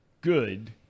good